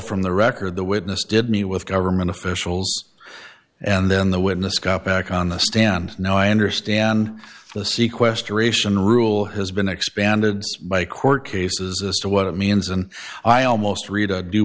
from the record the witness did meet with government officials and then the witness got back on the stand now i understand the seaquest aeration rule has been expanded by court cases to what it means and i almost read a due